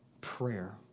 prayer